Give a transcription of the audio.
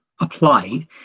applied